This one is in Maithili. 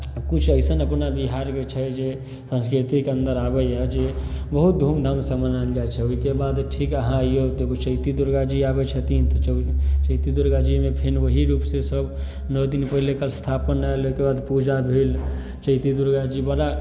किछु अइसन अपना बिहारके छै जे संस्कृतिके अन्दर आबैए जे बहुत धूमधामसँ मनायल जाइ छै ओहिके बाद ठीक अहाँ अइयौ तऽ एगो चैती दुर्गा जी आबै छथिन तऽ चौ चैती दुर्गा जीमे फेन ओहि रूपसँ सभ नओ दिन पहिले कलशस्थापन आयल ओहिके बाद पूजा भेल चैती दुर्गा जी बड़ा